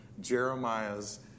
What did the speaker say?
Jeremiah's